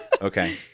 Okay